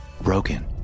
broken